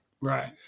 right